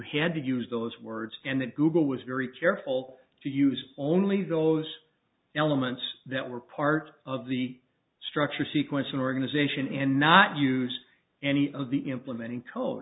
had to use those words and that google was very careful to use only those elements that were part of the structure sequencing organization and not use any of the implementing